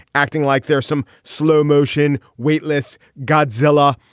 acting like there's some slow motion weightless godzilla.